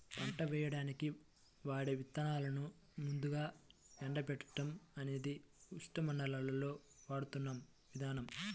పంట వేయడానికి వాడే విత్తనాలను ముందుగా ఎండబెట్టడం అనేది ఉష్ణమండలాల్లో వాడుతున్న విధానం